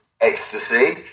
ecstasy